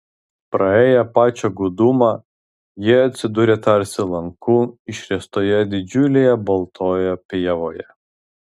praėję pačią gūdumą jie atsidūrė tarsi lanku išriestoje didžiulėje baltoje pievoje